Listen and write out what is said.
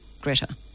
Greta